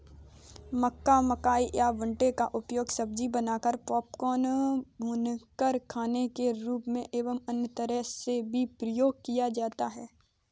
मक्का, मकई या भुट्टे का उपयोग सब्जी बनाकर, पॉपकॉर्न, भूनकर खाने के रूप में एवं अन्य तरह से भी किया जाता है